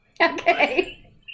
Okay